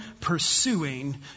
pursuing